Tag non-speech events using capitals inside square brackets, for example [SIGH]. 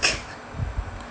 [LAUGHS]